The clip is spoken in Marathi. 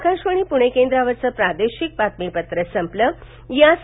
आकाशवाणी पुणे केंद्रावरचं प्रादेशिक बातमीपत्र संपलंयास